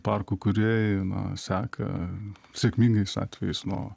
parkų kūrėjai na seka sėkmingais atvejais nuo